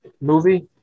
movie